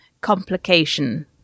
complication